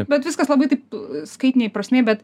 bet viskas labai taip skaitinėj prasmėj bet